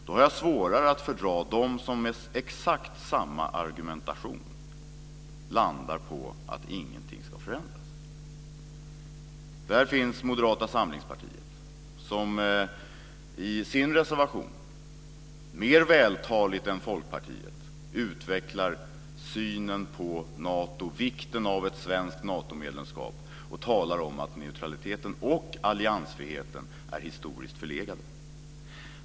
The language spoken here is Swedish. Då har jag svårare att fördra dem som med exakt samma argument landar på att ingenting ska förändras. Där finns Moderata samlingspartiet, som i sin reservation mer vältaligt än Folkpartiet utvecklar synen på Nato och vikten av ett svenskt Natomedlemskap och talar om att neutraliteten och alliansfriheten är historiskt förlegade.